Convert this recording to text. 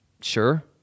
Sure